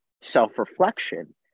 self-reflection